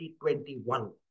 2021